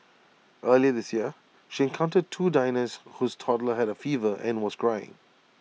earlier this year she encountered two diners whose toddler had A fever and was crying